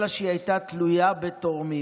אלא שהיא הייתה תלויה בתורמים,